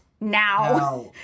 now